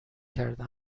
کرده